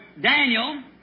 Daniel